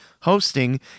hosting